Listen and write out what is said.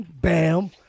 Bam